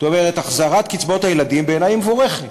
זאת אומרת, החזרת קצבאות הילדים בעיני היא מבורכת